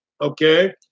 Okay